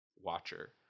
Watcher